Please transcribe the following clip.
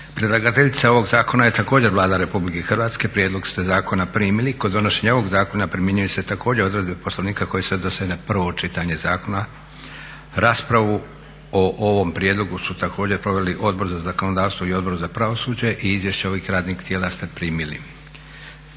Predlagateljica ovog zakona je također Vlada RH. Prijedlog ste zakona primili. Kod donošenja ovog zakona primjenjuju se također odredbe Poslovnika koje se odnose na prvo čitanje zakona. Raspravu o ovom prijedlogu su također proveli Odbor za zakonodavstvo i Odbor za pravosuđe i izvješća ovih radnih tijela ste primili.